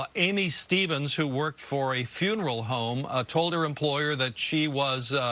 ah amy stevens, who worked for a funeral home, ah told her employer that she was